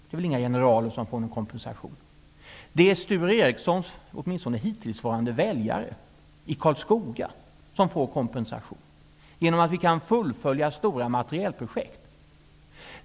Det är väl inga generaler som får kompensation. Det är Sture Ericsons -- åtminstone hittillsvarande -- väljare i Karlskoga som får kompensation, eftersom man kan fullfölja stora materielprojekt.